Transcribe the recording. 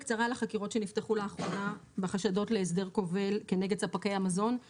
החקירה הזאת נחקרו עד כה באזהרה גם בעלי תפקידים בחברות יוניליוור